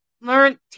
learn